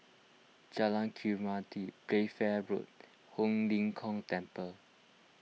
Jalan Khairuddin Playfair Road Ho Lim Kong Temple